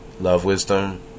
love-wisdom